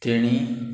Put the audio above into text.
तेणी